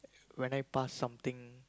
when I pass something